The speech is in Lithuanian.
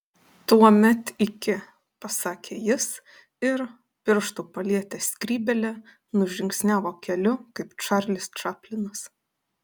tuomet iki pasakė jis ir pirštu palietęs skrybėlę nužingsniavo keliu kaip čarlis čaplinas